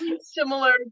similar